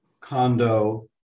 condo